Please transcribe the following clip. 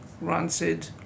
rancid